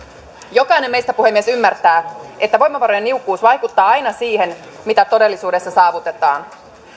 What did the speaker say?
jokainen meistä puhemies ymmärtää että voimavarojen niukkuus vaikuttaa aina siihen mitä todellisuudessa saavutetaan